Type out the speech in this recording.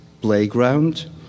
playground